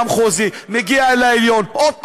מהשלום למחוזי, מגיע לעליון, שוב לשלום.